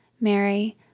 Mary